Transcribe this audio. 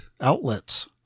outlets